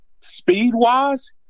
speed-wise